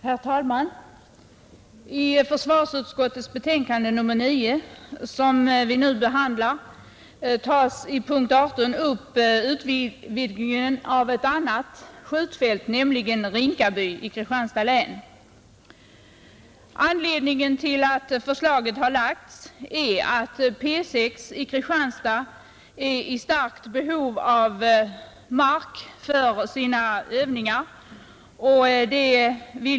Herr talman! I försvarsutskottets betänkande nr 9, som vi nu behandlar, tas i punkten 18 upp utvidgning av ett annat skjutfält, nämligen Rinkaby skjutfält i Kristianstads län. Anledningen till att förslaget har framlagts är att P 6 i Kristianstad är i starkt behov av mark för sina övningar.